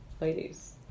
Ladies